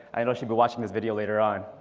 i know she be watching this video later on.